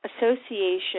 Association